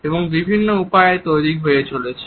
এবং বিভিন্ন উপায়ে তৈরি করা হয়ে চলেছে